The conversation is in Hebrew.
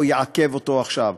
או לעכב אותו עכשיו,